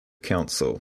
council